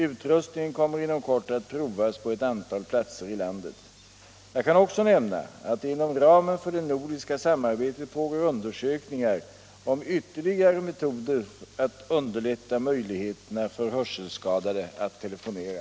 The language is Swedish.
Utrustningen kommer inom kort att provas på ett antal platser i landet. Jag kan också nämna att det inom ramen för det nordiska samarbetet pågår undersökningar om ytterligare metoder att underlätta möjligheterna för hörselskadade att telefonera.